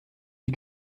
die